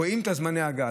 רואים את זמני ההגעה.